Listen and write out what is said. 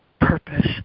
purpose